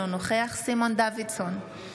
אינו נוכח סימון דוידסון,